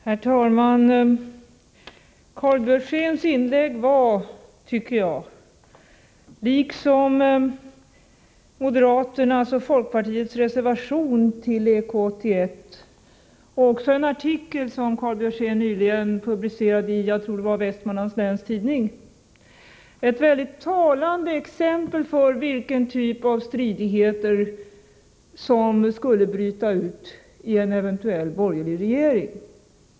Herr talman! Karl Björzéns inlägg var, tycker jag, liksom moderaternas och folkpartiets reservation till EK 81 och också en artikel som Karl Björzén nyligen publicerat i jag tror det var Vestmanlands Läns Tidning, ett väldigt talande exempel på vilken typ av stridigheter som skulle bryta ut i en eventuell borgerlig regering.